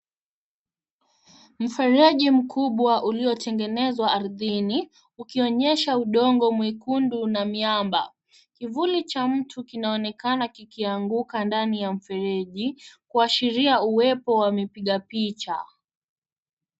Mfereji mkubwa uliotengenezwa ardhini ukionyesha udongo mwekundu na miamba. Kivuli cha mtu kinaonekana kikianguka ndani ya mfereji kuashiria uwepo wa mpiga picha